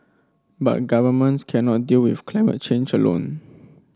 but governments cannot deal with climate change alone